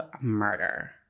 murder